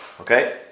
Okay